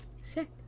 sick